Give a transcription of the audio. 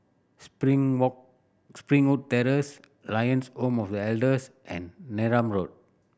Spring Springwood Terrace Lions Home for The Elders and Neram Road